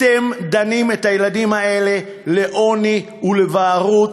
אתם דנים את הילדים האלה לעוני ולבערות.